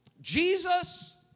jesus